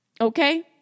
Okay